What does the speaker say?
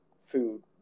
food